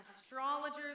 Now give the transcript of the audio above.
Astrologers